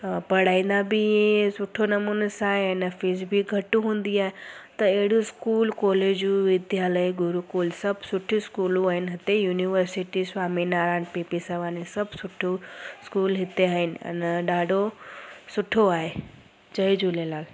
पढ़ाईंदा बि ईअं सुठो नमूने सां आहिनि ऐं फीस बि घटि हूंदी आहे त अहिड़ो स्कूल कॉलेजूं हिते इलाही गुरुकुल सभु सुठी इस्कूलूं आहिनि हिते universities Swami Narayan P P Savani सभु सुठियूं इस्कूलूं हिते आहिनि अञां ॾाढो सुठो आहे जय झूलेलाल